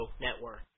network